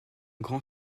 grand